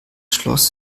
schloss